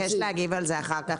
אז אבקש להגיב על זה אחר כך.